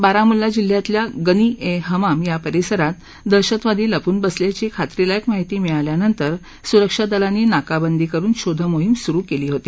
बारामुल्ला जिल्ह्यातल्या गनी ए हमाम या परिसरात दहशतवादी लपून बसल्याची खात्रीलायक माहिती मिळाल्यानंतर सुरक्षा दलांनी नाकाबंदी करून शोधमोहीम सुरू केली होती